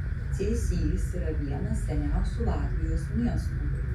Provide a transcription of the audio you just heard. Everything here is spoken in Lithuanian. cėsys yra vienas seniausių latvijos miestų